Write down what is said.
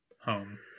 home